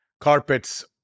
carpets